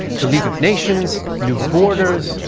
the league of nations, new borders,